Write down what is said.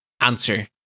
answer